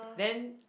then